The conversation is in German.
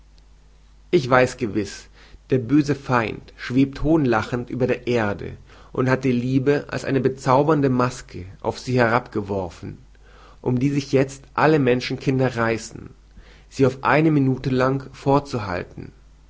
ich weiß gewiß der böse feind schwebt hohnlachend über der erde und hat die liebe als eine bezaubernde maske auf sie herabgeworfen um die sich jezt alle menschenkinder reißen sie auf eine minute lang vorzuhalten